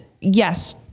yes